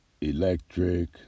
electric